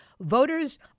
Voters